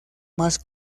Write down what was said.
más